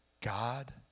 God